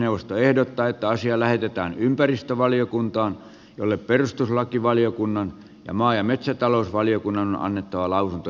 puhemiesneuvosto ehdottaa että asia lähetetään ympäristövaliokuntaan jolle perustuslakivaliokunnan ja maa ja metsätalousvaliokunnan on annettava lausunto